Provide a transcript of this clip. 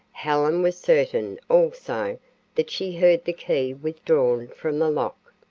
helen was certain also that she heard the key withdrawn from the lock.